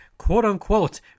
quote-unquote